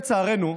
לצערנו,